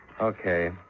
Okay